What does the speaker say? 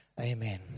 amen